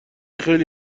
خیلی